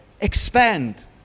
expand